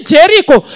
Jericho